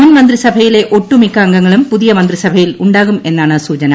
മുൻ മന്ത്രി സഭയിലെ ഒട്ടുമിക്ക അംഗ്ഗങ്ങളും് പുതിയ മന്ത്രിസഭയിൽ ഉണ്ടാകുമെന്നാണ്ട് സൂചിന